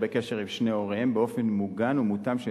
בקשר עם שני הוריהם באופן מוגן ומותאם,